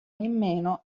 nemmeno